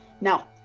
Now